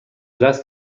دست